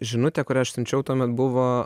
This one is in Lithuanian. žinutė kurią aš siunčiau tuomet buvo